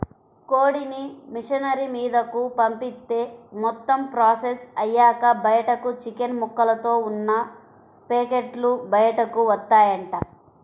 కోడిని మిషనరీ మీదకు పంపిత్తే మొత్తం ప్రాసెస్ అయ్యాక బయటకు చికెన్ ముక్కలతో ఉన్న పేకెట్లు బయటకు వత్తాయంట